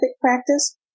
practice